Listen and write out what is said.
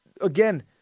again